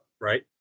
Right